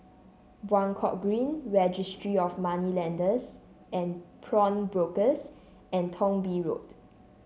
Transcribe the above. Buangkok Green Registry of Moneylenders and Pawnbrokers and Thong Bee Road